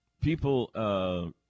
People